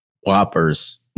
Whoppers